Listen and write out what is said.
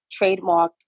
trademarked